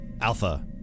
Alpha